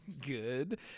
Good